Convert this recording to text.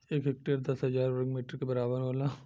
एक हेक्टेयर दस हजार वर्ग मीटर के बराबर होला